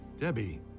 Debbie